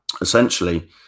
essentially